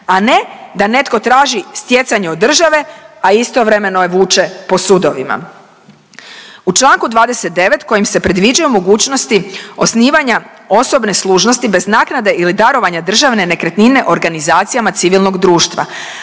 a ne da netko traži stjecanje od države, a istovremeno je vuče po sudovima. U Članku 29. kojim se predviđaju mogućnosti osnivanja osobne služnosti bez naknade ili darovanja državne nekretnine organizacijama civilnog društva,